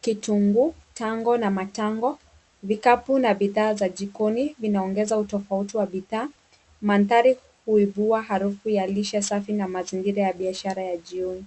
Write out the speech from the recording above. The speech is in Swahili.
kitungu, tango na matango, vikapu na bidhaa za jikoni vinaongeza utofauti wa bidhaa. Mandhari huibua harufu ya lishe safi na mazingira ya biashara ya jioni.